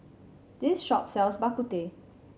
this shop sells Bak Kut Teh